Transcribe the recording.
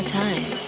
time